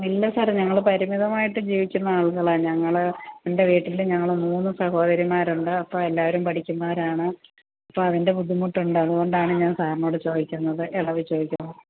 ഇല്ല സാറേ ഞങ്ങൾ പരിമിതമായിട്ട് ജീവിക്കുന്ന ആളുകളാണ് ഞങ്ങൾ എൻ്റെ വീട്ടിൽ ഞങ്ങൾ മൂന്ന് സഹോദരിമാർ ഉണ്ട് അപ്പോൾ എല്ലാവരും പടിക്കുന്നവരാണ് അപ്പോൾ അതിൻ്റെ ബുദ്ധിമുട്ടുണ്ട് അതുകൊണ്ടാണ് ഞാൻ സാറിനോട് ചോദിക്കുന്നത് ഇളവ് ചോദിക്കു